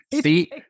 see